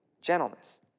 gentleness